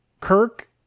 Kirk